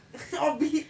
orbid